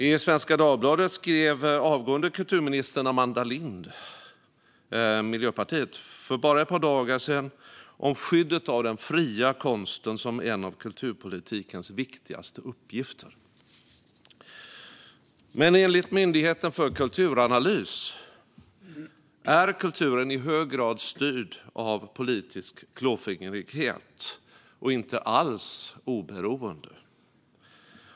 I Svenska Dagbladet skrev avgående kulturministern, Amanda Lind, Miljöpartiet, för bara ett par dagar sedan om skyddet av den fria konsten som en av kulturpolitikens viktigaste uppgifter. Men enligt Myndigheten för kulturanalys är kulturen i hög grad styrd av politisk klåfingrighet och inte alls oberoende.